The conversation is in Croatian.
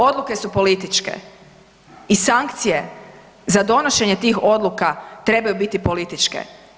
Odluke su političke i sankcije za donošenje tih odluka trebaju biti političke.